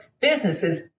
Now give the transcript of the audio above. businesses